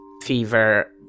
fever